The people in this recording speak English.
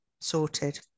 sorted